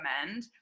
recommend